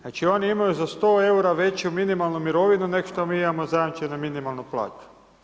Znači oni imaju za 100 EUR-a veću minimalnu mirovinu nek što mi imamo zajamčenu minimalnu plaću.